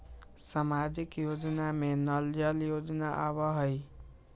सामाजिक योजना में नल जल योजना आवहई?